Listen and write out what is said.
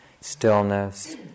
stillness